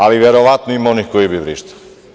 Ali, verovatno ima onih koji bi vrištali.